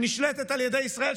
שנשלטת על ידי ישראל,